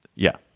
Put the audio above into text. yeah,